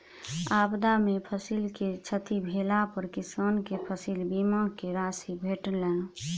आपदा में फसिल के क्षति भेला पर किसान के फसिल बीमा के राशि भेटलैन